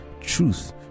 truth